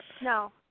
No